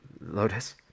lotus